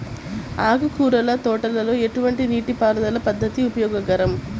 ఆకుకూరల తోటలలో ఎటువంటి నీటిపారుదల పద్దతి ఉపయోగకరం?